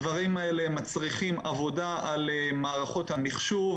הדברים האלה מצריכים עבודה על מערכות המחשוב